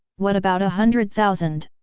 what about a hundred thousand?